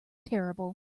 terrible